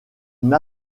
une